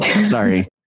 sorry